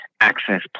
access